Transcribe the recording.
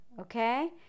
Okay